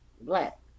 black